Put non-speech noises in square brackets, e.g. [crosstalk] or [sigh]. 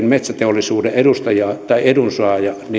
[unintelligible] metsäteollisuuden edustajia tai edunsaajia